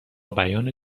بیان